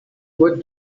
what